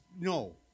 no